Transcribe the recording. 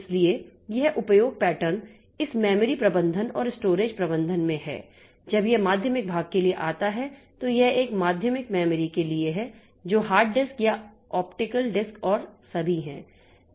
इसलिए यह उपयोग पैटर्न इस मेमोरी प्रबंधन और स्टोरेज प्रबंधन में है जब यह माध्यमिक भाग के लिए आता है तो यह एक माध्यमिक मेमोरी के लिए है जो हार्ड डिस्क या यह ऑप्टिकल डिस्क और सभी है